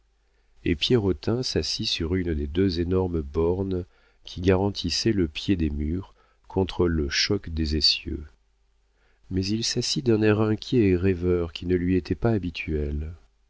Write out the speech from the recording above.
et pierrotin s'assit sur une des deux énormes bornes qui garantissaient le pied des murs contre le choc des essieux mais il s'assit d'un air inquiet et rêveur qui ne lui était pas habituel